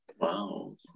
Wow